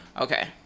okay